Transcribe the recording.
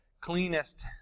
cleanest